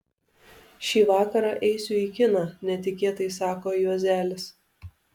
šį vakarą eisiu į kiną netikėtai sako juozelis